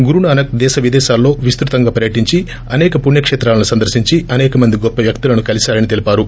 గురునానక్ దేశ విదేశాల్లో విస్తుతంగా పర్యటించి అసేక పుణ్యకేత్రాలను సందర్పించి అసేకమంది గొప్ప వ్యక్తులను కలీశారని తెలిపారు